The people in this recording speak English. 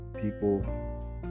people